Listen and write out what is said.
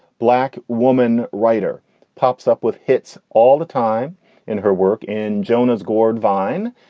black woman writer pops up with hits all the time in her work in jonah's gourd vine.